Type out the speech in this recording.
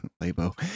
label